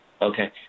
Okay